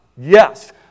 yes